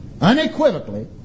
unequivocally